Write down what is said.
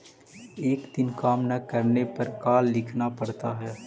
एक दिन काम न करने पर का लिखना पड़ता है?